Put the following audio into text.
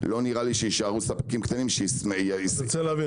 לא נראה לי שיישארו ספקים קטנים --- אני רוצה להבין,